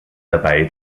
dabei